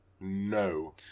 no